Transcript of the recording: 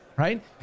Right